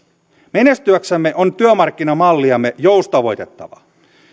menestyäksemme on työmarkkinamalliamme joustavoitettava